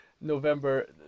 november